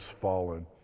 fallen